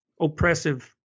oppressive